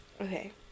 Okay